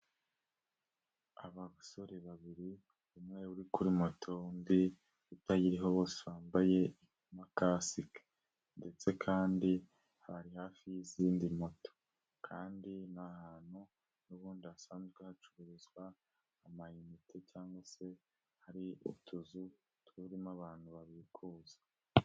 Aba basore babiri, umwe uri kuri moto, undi utayiriho bose bambaye amakasike ndetse kandi hari hafi y'izindi moto kandi ni ahantu n'ubundi hasanzwe hacururizwa amayinite cyangwa se hari utuzu, turimo abantu babikuza.